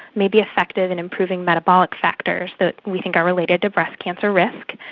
may be effective in improving metabolic factors that we think are related to breast cancer risk.